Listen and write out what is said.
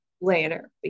later